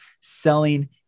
selling